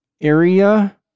area